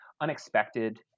unexpected